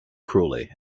cruelly